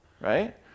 right